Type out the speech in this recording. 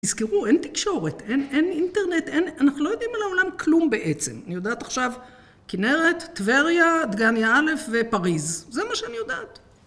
תזכרו, אין תקשורת, אין אינטרנט, אנחנו לא יודעים על העולם כלום בעצם. אני יודעת עכשיו כנרת, טבריה, דגניה א' ופריז. זה מה שאני יודעת.